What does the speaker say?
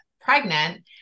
pregnant